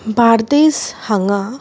बार्देस हांगां